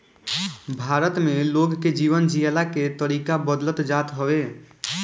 भारत में लोग के जीवन जियला के तरीका बदलत जात हवे